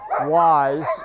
wise